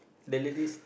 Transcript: the ladies